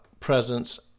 presence